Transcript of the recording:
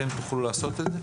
אתם תוכלו לעשות את זה?